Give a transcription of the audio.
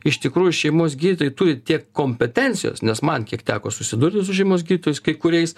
iš tikrųjų šeimos gydytojai turi tiek kompetencijos nes man kiek teko susidurti su šeimos gydytojais kai kuriais